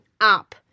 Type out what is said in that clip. up